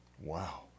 Wow